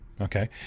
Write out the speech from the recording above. Okay